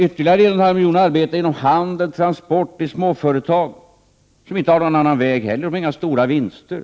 Ytterligare 1,5 miljoner arbetar inom handel och transport och i småföretag, som inte heller har någon annan väg — de har inte några stora vinster.